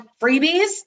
freebies